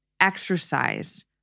exercise